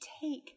take